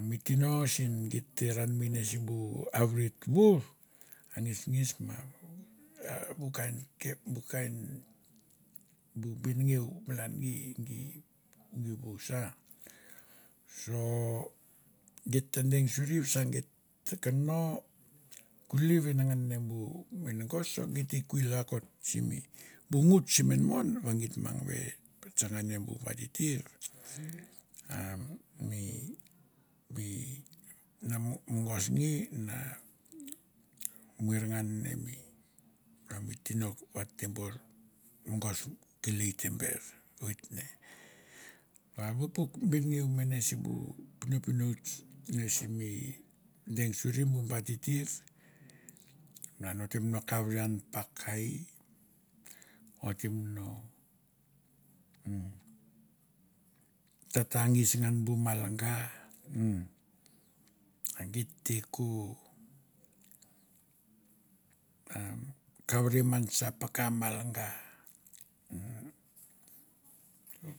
mi tino sen geit te ranmei ne simbu avret vour a nges nges ma a bu kain kep, bu kam bu benengeu malan gi gi gi vous a so geit t deng suri vasa geit ta kono kuli venengan ne bu menagos, so geit te kwil rakot simi bu nguts sim inmon va git mang ve patsa ne bu ba titir, a mi mi n mogosngi na muer ngan ne mi va mi tino va te bor mogos kelei tem ber oit ne. A bu puk benengeu mene simbu pinupinuts ne simi deng suri bu ba titir malan o tem no kavre an mi pak ka i, ot kavre man sa paka malanga,